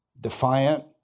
defiant